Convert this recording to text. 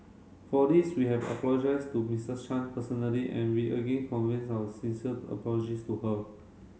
for this we have apologised to Mister Chan personally and we again our sincere apologies to her